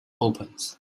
opens